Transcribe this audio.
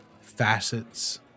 facets